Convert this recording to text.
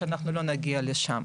שאנחנו לא נגיע לשם.